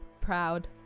proud